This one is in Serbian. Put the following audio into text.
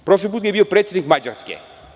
Prošli put je bio predsednik Mađarske.